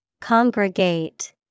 Congregate